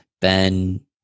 Ben